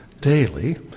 daily